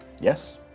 Yes